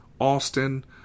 Austin